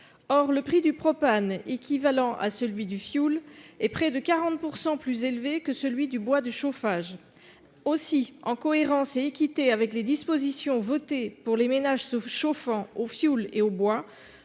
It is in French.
Or le prix du propane, équivalent à celui du fioul, est près de 40 % plus élevé que celui du bois de chauffage. Aussi, en cohérence et par équité avec les dispositions votées pour les ménages se chauffant au fioul et au bois,